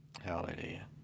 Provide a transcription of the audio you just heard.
Hallelujah